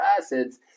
acids